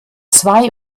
zwei